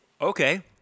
Okay